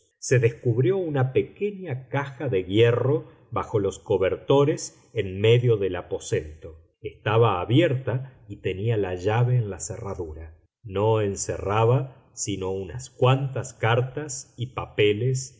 se descubrió una pequeña caja de hierro bajo los cobertores en medio del aposento estaba abierta y tenía la llave en la cerradura no encerraba sino unas cuantas cartas y papeles